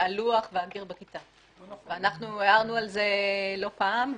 הלוח והגיר בכיתה, ואנחנו הערנו על זה לא פעם.